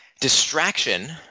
distraction